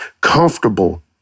comfortable